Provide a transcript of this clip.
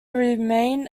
remain